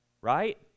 right